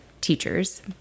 teachers